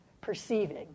perceiving